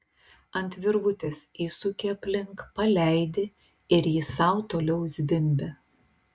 ant virvutės įsuki aplink paleidi ir jis sau toliau zvimbia